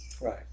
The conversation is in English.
Right